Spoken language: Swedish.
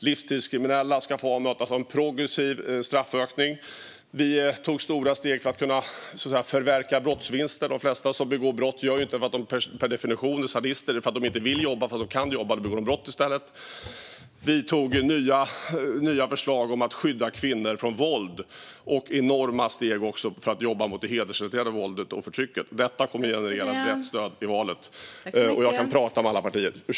Livstidskriminella ska mötas av en progressiv straffökning. Vi tog stora steg för att kunna förverka brottsvinster. De flesta som begår brott gör ju inte det för att de per definition är sadister utan för att de inte vill eller kan jobba och då begår de i stället brott. Vi antog nya förslag om att skydda kvinnor från våld, och vi tog även enorma steg för att jobba mot det hedersrelaterade våldet och förtrycket. Detta kommer att generera ett brett stöd i valet. Och jag kan för övrigt prata med alla partier.